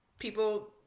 people